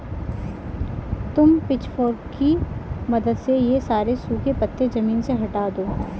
तुम पिचफोर्क की मदद से ये सारे सूखे पत्ते ज़मीन से हटा दो